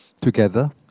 Together